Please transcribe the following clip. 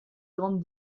grandes